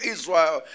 Israel